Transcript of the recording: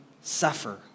suffer